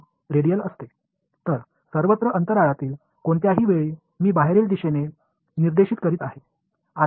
எனவே எல்லா இடங்களிலும் மற்றும் எந்த ஒரு இடத்தில் உள்ள புள்ளியிலும் அது வெளிப்புறத்தை சுட்டிக்காட்டுகிறது